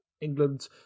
England